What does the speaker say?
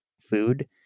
food